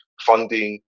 funding